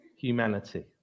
humanity